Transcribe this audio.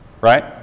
right